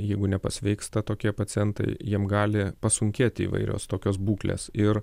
jeigu nepasveiksta tokie pacientai jiem gali pasunkėti įvairios tokios būklės ir